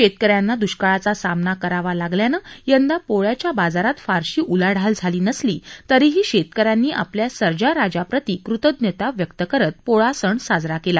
शेतकऱ्यांना दुष्काळाचा सामना करावा लागल्यानं यंदा पोळ्या च्या बाजारात फारशी उलाढाल झाली नसली तरीही शेतकऱ्यांनी आपल्या सर्जाराजा प्रति कृतज्ञता व्यक्त करत पोळा सण साजरा केला